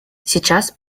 сейчас